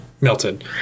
melted